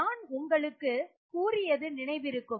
நான் உங்களுக்கு கூறியது நினைவிருக்கும்